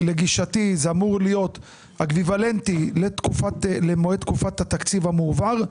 לגישתי זה אמור להיות אקוויוולנטי למועד תקופת התקציב המועבר,